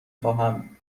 خواهم